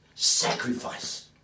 sacrifice